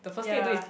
ya